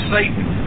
Satan